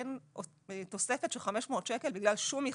אין תוספת של 500 שקל בגלל שום מכתב.